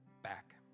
back